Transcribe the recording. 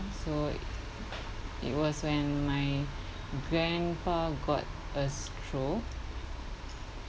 so it was when my grandpa got a stroke